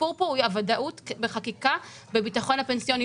הסיפור פה הוא הוודאות בחקיקה בביטחון הפנסיונית.